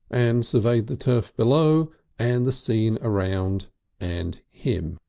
and surveyed the turf below and the scene around and him.